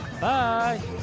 Bye